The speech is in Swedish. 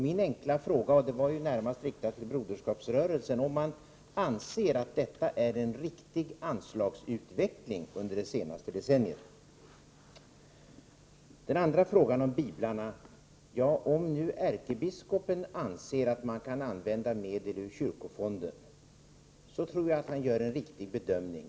Min enkla fråga — som närmast var riktad till Broderskapsrörelsen — var om man anser att detta är en riktig anslagsutveckling under det senaste decenniet. Beträffande den andra frågan, om biblarna —- ja, om nu ärkebiskopen anser att man kan använda medel ur kyrkofonden, tror jag han gör en riktig bedömning.